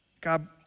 God